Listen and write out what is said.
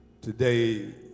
today